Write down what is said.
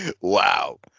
Wow